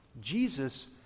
jesus